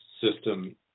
system